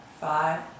five